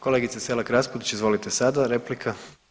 Kolegice Selak Raspudić izvolite sada replika.